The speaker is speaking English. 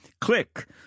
Click